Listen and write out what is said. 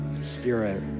spirit